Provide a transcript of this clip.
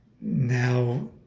Now